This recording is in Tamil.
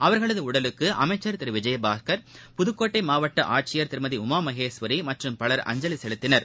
அவர்களது உடலுக்கு அமைச்சர் திரு விஜயபாஸ்கர் புதுக்கோட்டை மாவட்ட ஆட்சியர் திருமதி உமாமகேஸ்வரி மற்றும் பலர் அஞ்சலி செலுத்தினர்